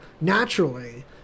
naturally